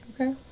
Okay